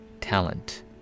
Talent